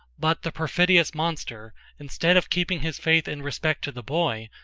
but the perfidious monster, instead of keeping his faith in respect to the boy,